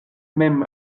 mem